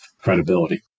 credibility